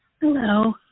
hello